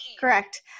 Correct